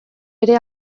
ere